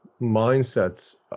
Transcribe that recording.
mindsets